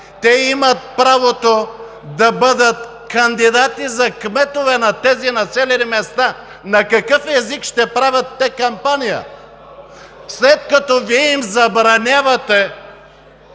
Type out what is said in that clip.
те имат правото да бъдат кандидати за кметове на тези населени места. На какъв език ще правят те кампания, след като Вие им забранявате